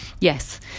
Yes